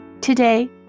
Today